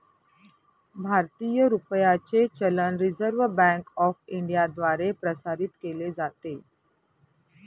भारतीय रुपयाचे चलन रिझर्व्ह बँक ऑफ इंडियाद्वारे प्रसारित केले जाते